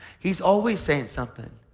he's always saying something.